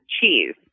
cheese